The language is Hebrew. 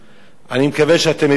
אני מקווה שאתם מבינים למה אני מתכוון.